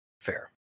Fair